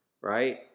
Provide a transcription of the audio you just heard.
right